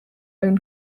own